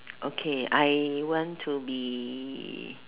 okay I want to be